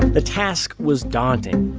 the task was daunting.